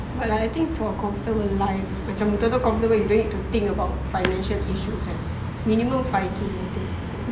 but like I think for comfortable life macam betul-betul comfortable you don't need to think about financial issues right minimum five K I think